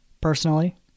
personally